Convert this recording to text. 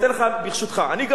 ברשותך: "אני גר בקצרין,